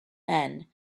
end